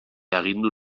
agindu